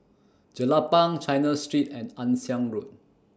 Jelapang China Street and Ann Siang Road